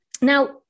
Now